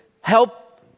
help